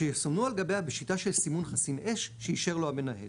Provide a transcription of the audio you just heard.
שיסומנו על גביה בשיטה של סימון חסין אש שאישר לו המנהל,